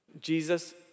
Jesus